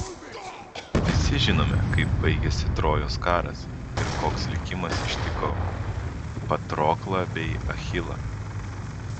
visi žinome kaip baigėsi trojos karas ir koks likimas ištiko patroklą bei achilą